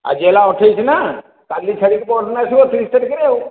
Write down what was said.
ଆଜି ହେଲା ଅଠେଇଶ ନା କାଲି ଛାଡ଼ିକି ପହର ଦିନେ ଆସିବ ତିରିଶ ତାରିଖରେ ଆଉ